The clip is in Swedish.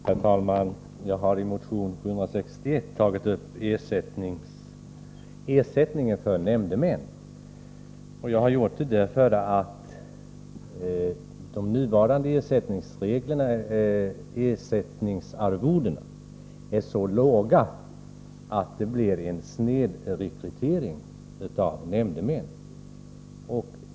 Herr talman! Jag har i motion 761 tagit upp frågan om ersättningen till nämndemän. Jag har gjort det därför att de nuvarande arvodena är så låga att det blir en snedrekrytering av nämndemän.